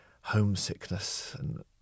homesickness—and